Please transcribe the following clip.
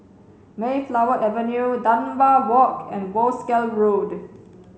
Mayflower Avenue Dunbar Walk and Wolskel Road